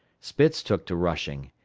spitz took to rushing,